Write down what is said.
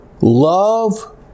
Love